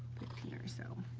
fifteen or so.